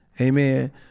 Amen